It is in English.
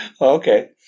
Okay